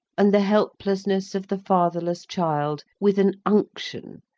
and the helplessness of the fatherless child, with an unction,